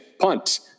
punt